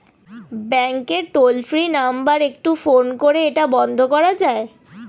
ব্যাংকের toll free number একটু phone করে এটা বন্ধ করা যায়?